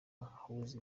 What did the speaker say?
ahuza